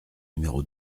numéro